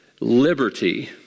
liberty